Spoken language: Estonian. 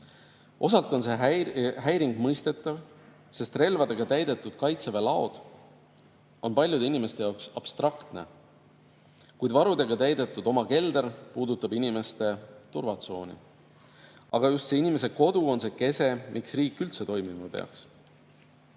Osalt oli see häiring mõistetav, sest relvadega täidetud Kaitseväe laod on paljude inimeste jaoks abstraktne, kuid varudega täidetud oma kelder puudutab inimeste turvatsooni. Aga just inimese kodu on see kese, miks riik üldse toimima peaks.